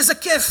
איזה כיף,